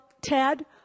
Ted